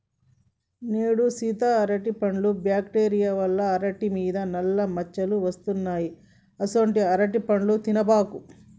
నేడు సీత అరటిపండ్లు బ్యాక్టీరియా వల్ల అరిటి మీద నల్ల మచ్చలు వస్తున్నాయి అసొంటీ అరటిపండ్లు తినబాకు